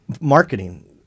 marketing